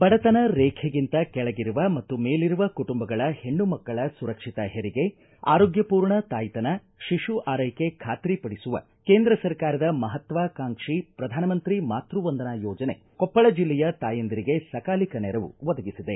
ಬಡತನ ರೇಖೆಗಿಂತ ಕೆಳಗಿರುವ ಮತ್ತು ಮೇಲಿರುವ ಕುಟುಂಬಗಳ ಹೆಣ್ಣು ಮಕ್ಕಳ ಸುರಕ್ಷಿತ ಹೆರಿಗೆ ಆರೋಗ್ಯರ್ಣ ತಾಯ್ತನ ಶಿಶು ಆರೈಕೆ ಖಾತ್ರಿ ಪಡಿಸುವ ಕೇಂದ್ರ ಸರ್ಕಾರದ ಮಹತ್ವಾಕಾಂಕ್ಷಿ ಪ್ರಧಾನಮಂತ್ರಿ ಮಾತೃ ವಂದನಾ ಯೋಜನೆ ಕೊಪ್ಪಳ ಜಿಲ್ಲೆಯ ತಾಯಂದಿರಿಗೆ ಸಕಾಲಿಕ ನೆರವು ಒದಗಿಸಿದೆ